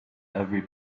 every